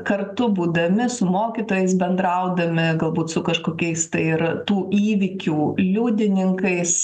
kartu būdami su mokytojais bendraudami galbūt su kažkokiais tai ir tų įvykių liudininkais